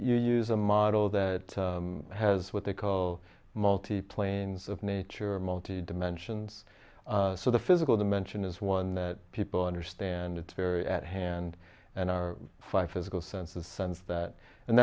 use a model that has what they call multi planes of nature multi dimensions so the physical dimension is one that people understand it's very at hand and our five physical senses sense that and